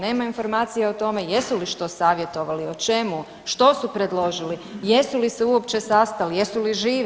Nema informacija o tome jesu li što savjetovali, o čemu, što su predložili, jesu li se uopće sastali, jesu li živi?